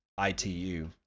ITU